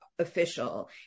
official